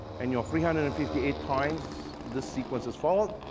and you have three hundred and fifty eight times the sequence is followed.